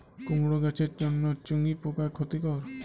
কুমড়ো গাছের জন্য চুঙ্গি পোকা ক্ষতিকর?